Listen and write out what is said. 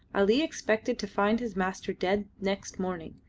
ali expected to find his master dead next morning,